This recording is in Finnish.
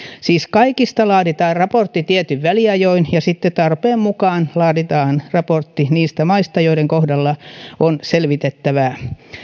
siis kaikista laaditaan raportti tietyin väliajoin ja sitten tarpeen mukaan laaditaan raportti niistä maista joiden kohdalla on selvitettävää